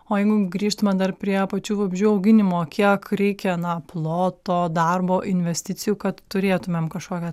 o jeigu grįžtume dar prie pačių vabzdžių auginimo kiek reikia na ploto darbo investicijų kad turėtumėm kažkokią